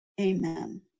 Amen